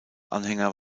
anhänger